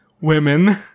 Women